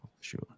sure